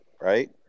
right